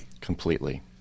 Completely